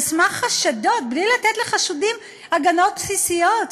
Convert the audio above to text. על סמך חשדות, בלי לתת לחשודים הגנות בסיסיות.